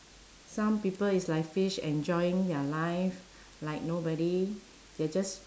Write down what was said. some people is like fish enjoying their life like nobody they're just